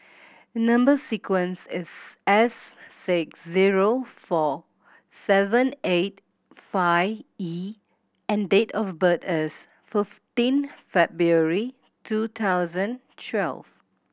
number sequence is S six zero four seven eight five E and date of birth is fifteen February two thousand twelve